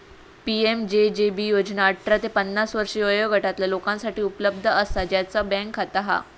PMJJB योजना अठरा ते पन्नास वर्षे वयोगटातला लोकांसाठी उपलब्ध असा ज्यांचा बँक खाता हा